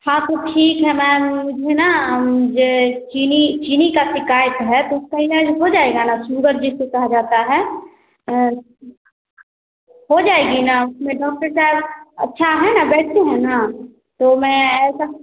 हाँ तो ठीक है मैम मैं ना मुझे चीनी चीनी की शिकायत है तो उसका इलाज हो जाएगा ना सुगर जिसको कहा जाता है हो जाएगा ना उसमें डॉक्टर साहब अच्छे है ना बैठते हैं ना तो मैं ऐसा